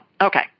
okay